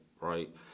right